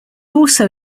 also